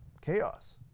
chaos